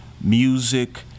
music